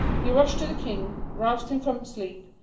he rushed to the king, roused him from sleep,